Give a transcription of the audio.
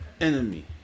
enemy